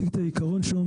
ההצעה.